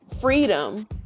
freedom